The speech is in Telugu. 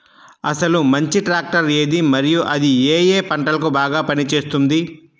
అసలు మంచి ట్రాక్టర్ ఏది మరియు అది ఏ ఏ పంటలకు బాగా పని చేస్తుంది?